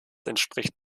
entspricht